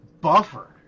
buffer